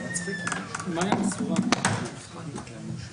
90 יום, נקודה.